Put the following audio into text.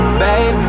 baby